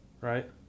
right